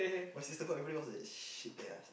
my sister all everybody was like shit ya